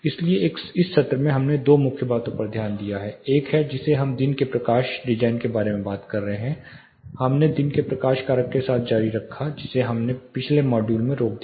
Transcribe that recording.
इसलिए इस सत्र में हमने दो मुख्य बातों पर ध्यान दिया एक है जिसे हम दिन के प्रकाश डिजाइन के बारे में बात करते हैं हमने दिन के प्रकाश कारक के साथ जारी रखा जिसे हमने पिछले मॉड्यूलमें रोक दिया